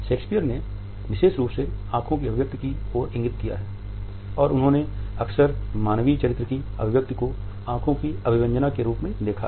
Shakespeare ने विशेष रूप से आँखों की अभिव्यक्ति की ओर इंगित किया है और उन्होंने अक्सर मानवीय चरित्र की अभिव्यक्ति को आँखों की अभिव्यंजना में देखा है